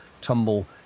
tumble